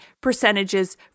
percentages